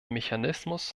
mechanismus